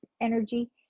energy